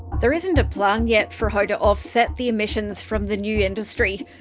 there isn't a plan yet for how to offset the emissions from the new industry.